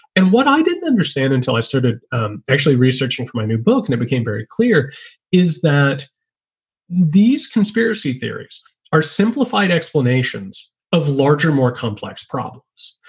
and what i didn't understand until i started actually researching for my new book that and became very clear is that these conspiracy theories are simplified explanations of larger, more complex problems.